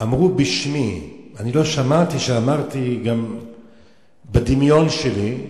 אמרו בשמי, אני לא שמעתי שאמרתי גם בדמיון שלי,